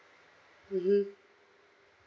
mmhmm